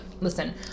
listen